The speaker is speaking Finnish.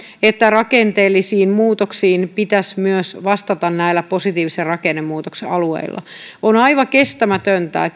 että rakenteellisiin muutoksiin pitäisi myös vastata näillä positiivisen rakennemuutoksen alueilla on aivan kestämätöntä